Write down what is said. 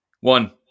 One